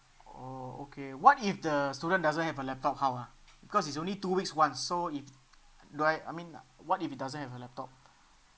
oh okay what if the student doesn't have a laptop how ah because it's only two weeks once so if do I I mean what if he doesn't have a laptop